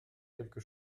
quelque